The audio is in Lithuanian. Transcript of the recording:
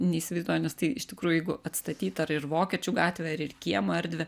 neįsivaizduoju nes tai iš tikrųjų jeigu atstatyt ar ir vokiečių gatvę ar ir kiemo erdvę